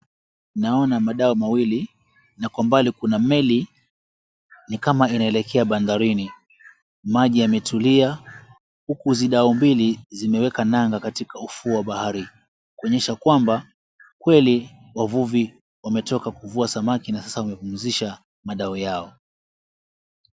Naona kuna madau mawili na kwa mbali kuna meli ni kama inaelekea bandarini. Maji yametulia huku hizi dau mbili zimeweka nanga katika ufuo wa bahari, kuonyesha kwamba wavuvi wamechoka kuvua samaki na sasa wamepumzisha madau yao.